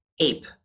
ape